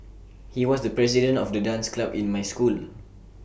he was the president of the dance club in my school